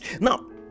Now